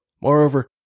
Moreover